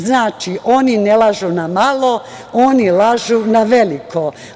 Znači, oni ne lažu na malo, oni lažu na veliko.